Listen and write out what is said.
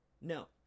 no